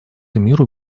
миру